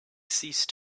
ceased